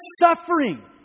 suffering